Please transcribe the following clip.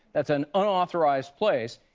it's an unauthorized place.